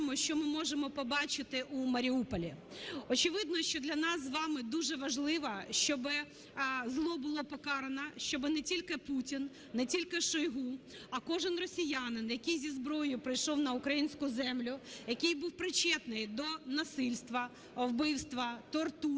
що ми можемо побачити у Маріуполі. Очевидно, що для нас з вами дуже важливо, щоб зло було покарано, щоб не тільки Путін, не тільки Шойгу, а кожен росіянин, який зі зброєю прийшов на українську землю, який був причетний до насильства, вбивства, тортур,